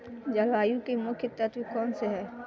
जलवायु के मुख्य तत्व कौनसे हैं?